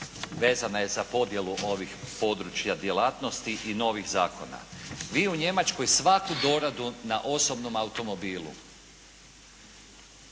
vezana je za podjelu ovih područja djelatnosti i novih zakona. Vi u Njemačkoj svaku doradu na osobnom automobilu,